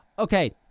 Okay